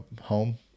home